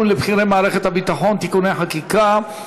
לבכירי מערכת הביטחון (תיקוני חקיקה),